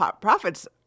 Profits